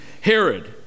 Herod